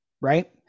right